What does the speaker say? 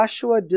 Joshua